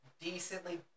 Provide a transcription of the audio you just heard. decently